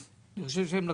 אני חושב שהם רוצים.